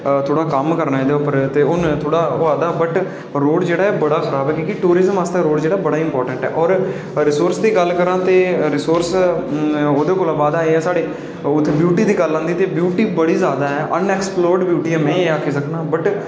कि थोह्ड़ा कम्म करना ऐह्दे उप्पर ते हून थोह्ड़ा होआ दा बट्ट रोड़ जेह्ड़ा ऐ बड़ा गै खराब ऐ क्योंकि टूरिज़म आस्तै रोड़ जेह्ड़ा ऐ बड़ा गै इम्पॉर्टेंट ऐ होर रिसोर्स दी गल्ल करां ते ओह्दे कोला बद्द ऐ कि ते उत्थैं ब्यूटी दी गल्ल औंदी ते ब्यूटी बड़ी उत्थै बड़ी गै ज्यादा ऐ अनऐक्सपलोर्ड ब्यूटी ऐ में एह् आखी सकनां बट्ट